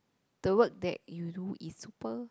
the work that you do is super